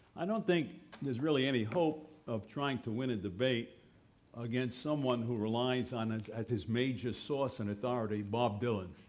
i don't think there's really any hope of trying to win a debate against someone who relies on as as his major source and bob dylan.